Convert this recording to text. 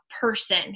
person